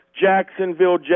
Jacksonville